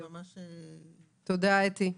תודה, אתי.